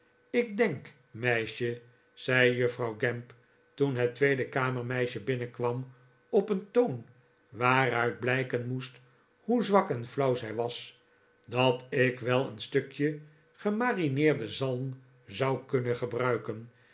ik denk meisje zei juffrouw gamp r toen het tweede kamermeisje binnenkwam op een toon waaruit blijken moest hoe zwak en flauw zij was dat ik wel een stukje gemarineerde zalm zou kunnen gebruiken